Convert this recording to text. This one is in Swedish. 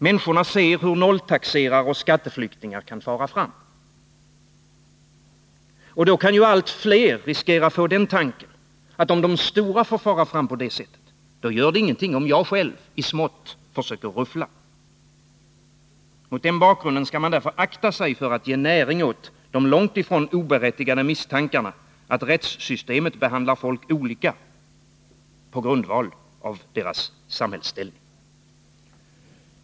Människor ser hur nolltaxerare och skatteflyktingar kan fara fram. Då kan risken bli att allt fler får den tanken, att om de stora får fara fram på det sättet, då gör det ingenting om jag själv, i smått, försöker ruffla. Mot den bakgrunden skall man akta sig för att ge näring åt de långt ifrån oberättigade misstankarna att rättssystemet behandlar folk olika på grundval av deras samhällsställning.